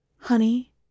Honey